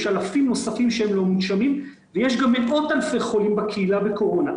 יש אלפים נוספים שהם לא מונשמים ויש גם מאות אלפי חולים בקהילה בקורונה,